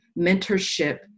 mentorship